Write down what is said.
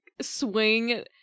swing